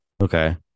Okay